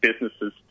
businesses